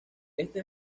este